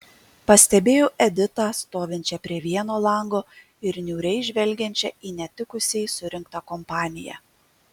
pastebėjau editą stovinčią prie vieno lango ir niūriai žvelgiančią į netikusiai surinktą kompaniją